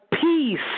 peace